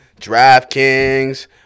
DraftKings